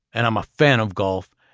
and i'm a fan of golf,